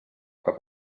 cap